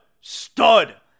Stud